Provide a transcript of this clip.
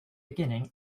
beginning